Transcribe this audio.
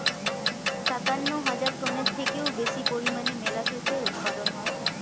সাতান্ন হাজার টনের থেকেও বেশি পরিমাণে মোলাসেসের উৎপাদন হয়